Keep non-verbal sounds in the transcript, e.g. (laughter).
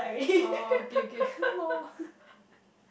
like already (laughs)